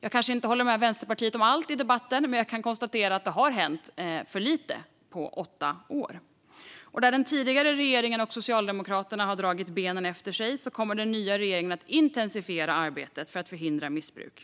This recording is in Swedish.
Jag kanske inte håller med Vänsterpartiet om allt i debatten, men jag kan konstatera att det har hänt för lite på åtta år. Där den tidigare regeringen och Socialdemokraterna har dragit benen efter sig kommer den nya regeringen att intensifiera arbetet för att förhindra missbruk.